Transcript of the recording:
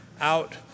out